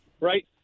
right